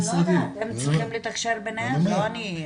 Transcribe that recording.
אני לא יודעת, הם צריכים לתקשר ביניהם, לא אני.